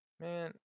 Man